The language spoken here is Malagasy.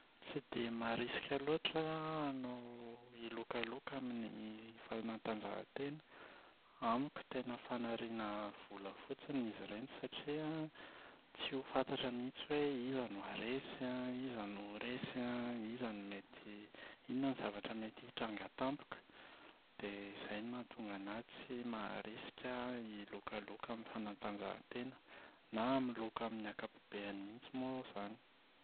Tsy dia maharisika loatra aho hanao hilokaloka amin’ny fanatanjahantena. Amiko tena fanariana vola fotsiny izy ireny satria an tsy ho fantatra mihitsy hoe iza no haharesy an, iza no ho resy an, iza no mety inona no zavatra mety hitranga tampoka. Dia izay no mahatonga ana tsy maharisika hilokaloka amin’ny fanatanjahantena, na amin’ny loka amin’ny ankapobeny mihitsy moa izany.